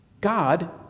God